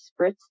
spritz